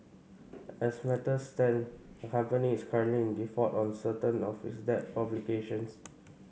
as matters stand the company is currently in default on certain of its debt obligations